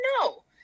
No